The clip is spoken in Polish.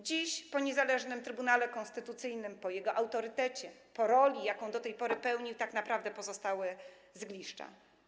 Dziś po niezależnym Trybunale Konstytucyjnym, po jego autorytecie, po roli, jaką do tej pory odgrywał, tak naprawdę pozostały zgliszcza.